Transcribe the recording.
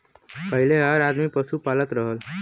पहिले हर आदमी पसु पालत रहल